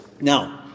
Now